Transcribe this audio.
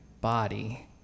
body